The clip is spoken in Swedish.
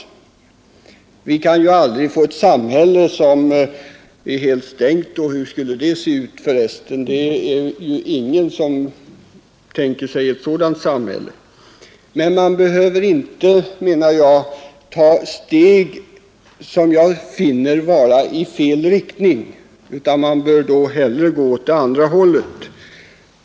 Vi kan ju aldrig få ett samhälle som är helt stängt på söndagarna — hur skulle förresten det se ut? Det är ingen som tänker sig ett sådant samhälle. Men man behöver inte, menar jag, ta steg i fel riktning. Man bör då hellre gå åt det andra hållet.